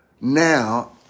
now